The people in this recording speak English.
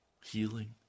healing